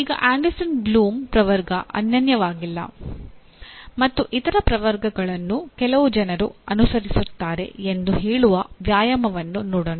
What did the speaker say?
ಈಗ Anderson Bloom ಪ್ರವರ್ಗ ಅನನ್ಯವಾಗಿಲ್ಲ ಮತ್ತು ಇತರ ಪ್ರವರ್ಗಗಳನ್ನು ಕೆಲವು ಜನರು ಅನುಸರಿಸುತ್ತಾರೆ ಎಂದು ಹೇಳುವ ವ್ಯಾಯಾಮವನ್ನು ನೋಡೋಣ